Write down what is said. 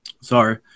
Sorry